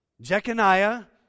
Jeconiah